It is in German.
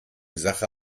sache